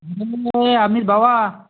अमित भावा